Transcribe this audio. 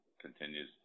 continues